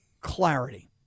clarity